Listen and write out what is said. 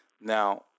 Now